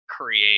create